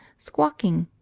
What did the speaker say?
squawking.